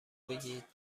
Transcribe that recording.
بگید